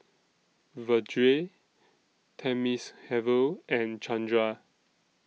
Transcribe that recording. Vedre Thamizhavel and Chandra